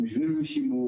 מבנים לשימור.